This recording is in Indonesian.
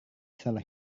salah